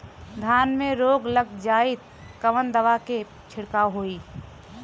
धान में रोग लग जाईत कवन दवा क छिड़काव होई?